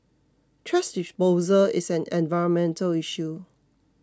thrash disposal is an environmental issue